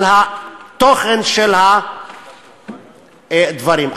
על התוכן של הדברים.